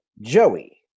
Joey